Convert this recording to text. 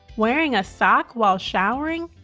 wearing a sock while showering?